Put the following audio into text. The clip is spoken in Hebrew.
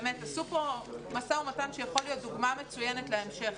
עשו פה משא ומתן שיכול להיות דוגמה מצוינת להמשך,